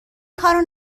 کارو